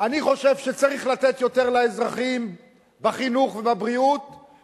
אני חושב שצריך לתת יותר לאזרחים בחינוך ובבריאות,